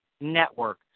network